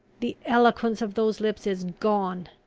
the eloquence of those lips is gone!